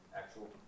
actual